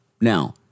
Now